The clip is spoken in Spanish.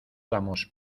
damos